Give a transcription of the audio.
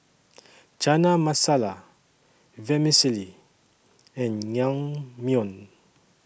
Chana Masala Vermicelli and Naengmyeon